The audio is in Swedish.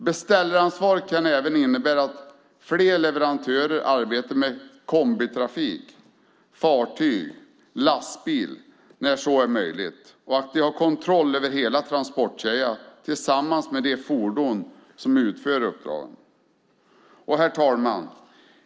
Beställaransvar kan även innebära att flera leverantörer arbetar med kombitrafik - fartyg och lastbil - när så är möjligt och att man har kontroll över hela transportkedjan tillsammans med de fordon som utför uppdragen. Herr talman!